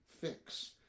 fix